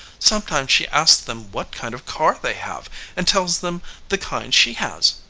sometimes she asks them what kind of car they have and tells them the kind she has.